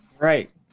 Right